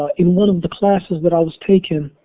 ah in one of the classes that i was taking,